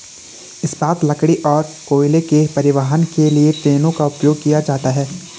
इस्पात, लकड़ी और कोयले के परिवहन के लिए ट्रेनों का उपयोग किया जाता है